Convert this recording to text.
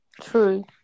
true